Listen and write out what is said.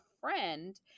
friend